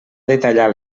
detallar